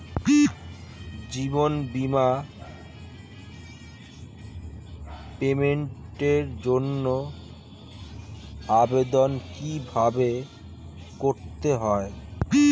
জীবন বীমার পেমেন্টের জন্য আবেদন কিভাবে করতে হয়?